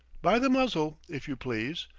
by the muzzle, if you please.